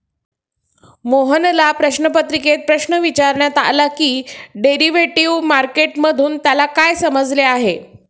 मोहनला प्रश्नपत्रिकेत प्रश्न विचारण्यात आला की डेरिव्हेटिव्ह मार्केट मधून त्याला काय समजले आहे?